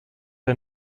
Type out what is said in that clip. der